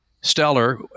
stellar